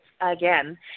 again